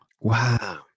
Wow